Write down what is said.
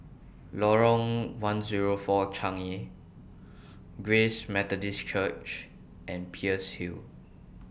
Lorong one Zero four Changi Grace Methodist Church and Peirce Hill